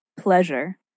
pleasure